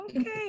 okay